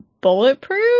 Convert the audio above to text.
bulletproof